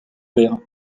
père